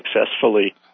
successfully